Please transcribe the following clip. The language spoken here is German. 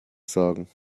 sagen